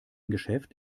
geschäft